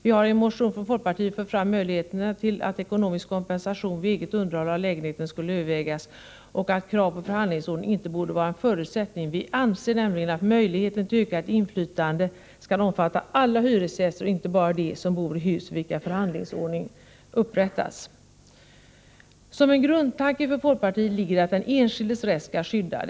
Vi har i en motion från folkpartiet fört fram förslag om att möjlighet till ekonomisk kompensation vid eget underhåll av lägenhet skall övervägas och att krav på förhandlingsordning inte borde vara en förutsättning. Vi anser nämligen att möjligheten till ökat inflytande skall omfatta alla hyresgäster och inte bara dem som bor i hus för vilka förhandlingsordning upprättats. Som en grundtanke för folkpartiet ligger att den enskildes rätt skall skyddas.